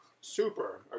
super